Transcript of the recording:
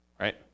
right